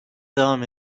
devam